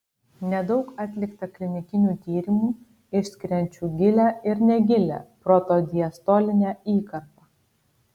nedaug atlikta klinikinių tyrimų išskiriančių gilią ir negilią protodiastolinę įkarpą